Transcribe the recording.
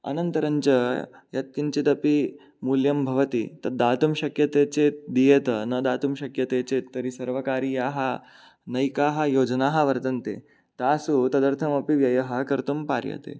अनन्तरञ्च यत्किञ्चिदपि मूल्यं भवति तत् दातुं शक्यते चेत् दीयेत न दातुं शक्यते चेत् तर्हि सर्वकारीयाः नैकाः योजनाः वर्तन्ते तासु तदर्थम् अपि व्ययः कर्तुं पार्यते